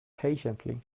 patiently